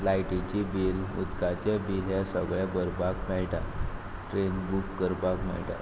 लायटीची बील उदकाचें बील हें सगलें भरपाक मेळटा ट्रेन बूक करपाक मेळटा